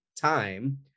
time